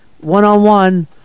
one-on-one